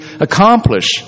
accomplish